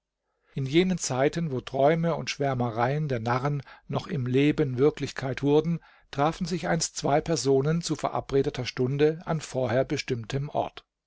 in jenen zeiten wo träume und schwärmereien der narren noch im leben wirklichkeit wurden trafen sich einst zwei personen zu verabredeter stunde an vorher bestimmtem ort